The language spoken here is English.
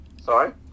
Sorry